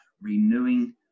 renewing